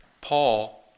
Paul